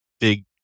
big